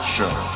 Show